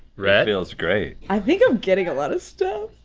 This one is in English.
rhett? it feels great. i think i'm getting a lot of stuff.